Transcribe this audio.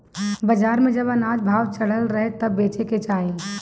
बाजार में जब अनाज भाव चढ़ल रहे तबे बेचे के चाही